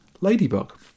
Ladybug